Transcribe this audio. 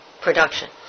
production